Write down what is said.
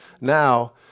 Now